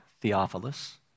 Theophilus